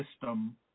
system